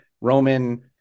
Roman